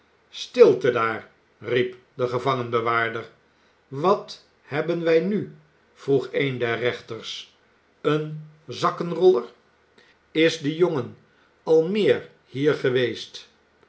stilte daar riep de gevangenbewaarder wat hebben wij nu vroeg een der rechters een zakkenroller is de jongen al meer hier geweest